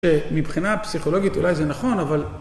מבחינה פסיכולוגית, אולי זה נכון, אבל...